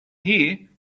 here